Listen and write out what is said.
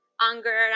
anger